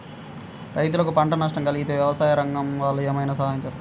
రైతులకు పంట నష్టం కలిగితే వ్యవసాయ రంగం వాళ్ళు ఏమైనా సహాయం చేస్తారా?